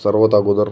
सर्वात अगोदर